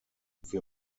wir